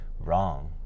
wrong